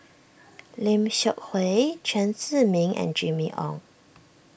Lim Seok Hui Chen Zhiming and Jimmy Ong